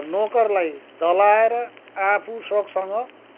नोकरलाई दलाएर आफू सोखसँग